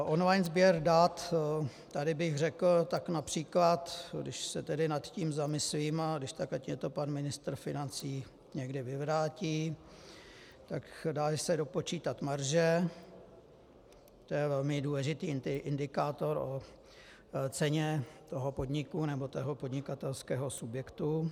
Online sběr dat, tady bych řekl, tak například když se tedy nad tím zamyslím, a když tak ať mně to pan ministr financí někdy vyvrátí, tak dají se dopočítat marže to je velmi důležitý indikátor o ceně toho podniku nebo podnikatelského subjektu.